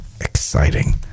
exciting